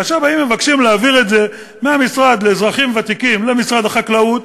כאשר באים ומבקשים להעביר את זה מהמשרד לאזרחים ותיקים למשרד החקלאות,